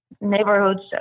neighborhoods